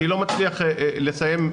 אני לא מצליח לסיים.